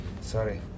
Sorry